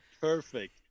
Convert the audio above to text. perfect